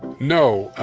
no,